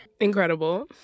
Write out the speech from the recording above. incredible